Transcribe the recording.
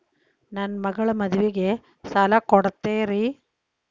ನನ್ನ ಮಗಳ ಮದುವಿಗೆ ಸಾಲ ಕೊಡ್ತೇರಿ?